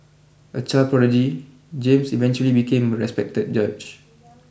a child prodigy James eventually became a respected judge